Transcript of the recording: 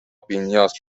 بینیاز